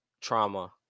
trauma